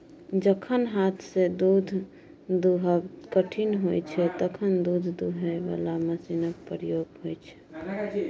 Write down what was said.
जखन हाथसँ दुध दुहब कठिन होइ छै तखन दुध दुहय बला मशीनक प्रयोग होइ छै